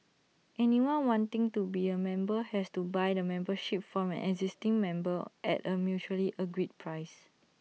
anyone wanting to be A member has to buy the membership from an existing member at A mutually agreed price